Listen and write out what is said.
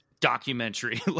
documentary